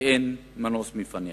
שאין מנוס ממנה?